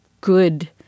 good